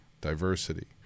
diversity